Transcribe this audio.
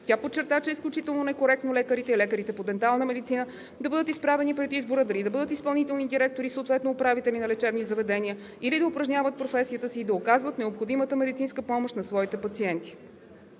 Тя подчерта, че е изключително некоректно лекарите и лекарите по дентална медицина да бъдат изправени пред избора дали да бъдат изпълнителни директори, съответно управители на лечебни заведения, или да упражняват професията си и да оказват необходимата медицинска помощ на своите пациенти.